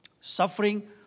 Suffering